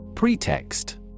Pretext